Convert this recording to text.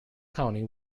county